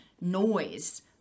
noise